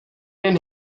and